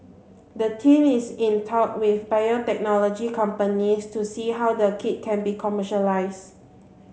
the team is in talk with biotechnology companies to see how the kit can be commercialised